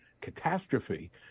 catastrophe